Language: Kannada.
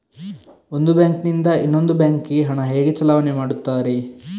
ಒಂದು ಬ್ಯಾಂಕ್ ನಿಂದ ಇನ್ನೊಂದು ಬ್ಯಾಂಕ್ ಗೆ ಹಣ ಹೇಗೆ ಚಲಾವಣೆ ಮಾಡುತ್ತಾರೆ?